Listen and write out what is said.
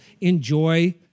enjoy